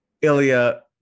Ilya